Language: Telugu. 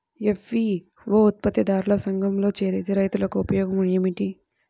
ఎఫ్.పీ.ఓ ఉత్పత్తి దారుల సంఘములో చేరితే రైతులకు ఉపయోగము ఏమిటి?